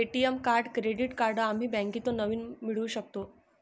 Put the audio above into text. ATM card credit card आम्ही बँकेतून नवीन मिळवू शकतो